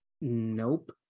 Nope